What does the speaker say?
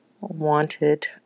wanted